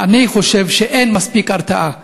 שאין מספיק הרתעה.